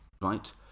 right